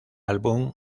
álbum